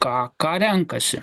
ką ką renkasi